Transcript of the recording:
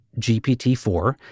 GPT-4